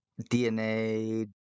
DNA